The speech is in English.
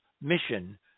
mission